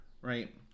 right